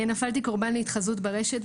נפלתי קורבן להתחזות ברשת,